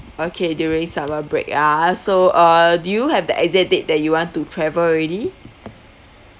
okay during summer break ah so uh do you have the exact date that you want to travel already